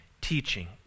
teaching